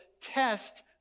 test